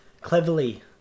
cleverly